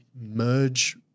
merge